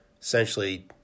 Essentially